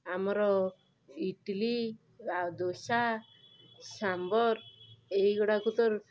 ଆମର ଇଟିଲି ଆଉ ଦୋସା ସାମ୍ବର ଏଇଗୁଡ଼ାକୁ ତ